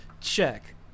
check